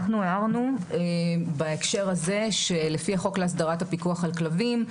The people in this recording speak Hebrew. אנחנו הערנו בהקשר הזה שלפי החוק להסדרת הפיקוח על כלבים,